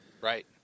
Right